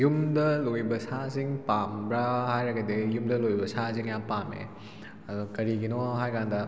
ꯌꯨꯝꯗ ꯂꯣꯏꯕ ꯁꯥꯁꯤꯡ ꯄꯥꯝꯕ꯭ꯔꯥ ꯍꯥꯏꯔꯒꯗꯤ ꯑꯩ ꯌꯨꯝꯗ ꯂꯣꯏꯕ ꯁꯥꯁꯤ ꯌꯥꯝ ꯄꯥꯝꯃꯦ ꯑꯗꯣ ꯀꯔꯤꯒꯤꯅꯣ ꯍꯥꯏ ꯀꯥꯟꯗ